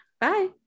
Bye